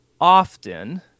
often